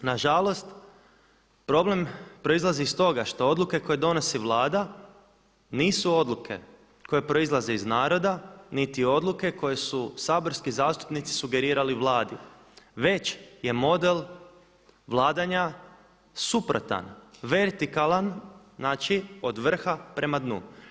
Nažalost, problem proizlazi iz toga što odluke koje donosi Vlada nisu odluke koje proizlaze iz naroda niti odluke koje su saborski zastupnici sugerirali Vladi već je model vladanja suprotan vertikalan od vrha prema dnu.